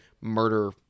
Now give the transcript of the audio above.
murder